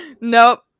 Nope